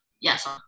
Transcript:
yes